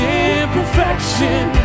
imperfection